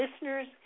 listeners